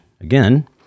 again